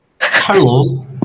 Hello